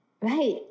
Right